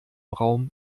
raum